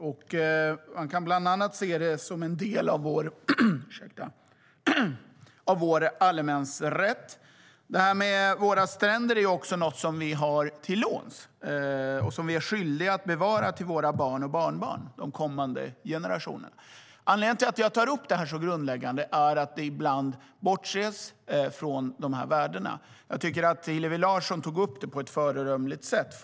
Det kan bland annat ses som en del av vår allemansrätt. Stränderna har vi till låns, och vi är skyldiga att bevara dem för våra barn och barnbarn, för kommande generationer. Anledningen till att jag tar upp detta som är grundläggande är att det ibland bortses från dessa värden. Jag tycker att Hillevi Larsson tog upp det på ett föredömligt sätt.